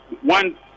one